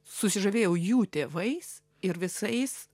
susižavėjau jų tėvais ir visais